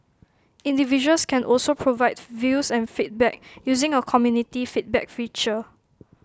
individuals can also provide views and feedback using A community feedback feature